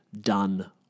done